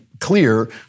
clear